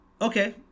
Okay